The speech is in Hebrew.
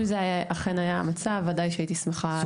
אם זה אכן היה המצב, ודאי שהייתי שמחה לכזו בשורה.